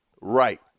Right